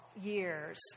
years